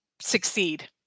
succeed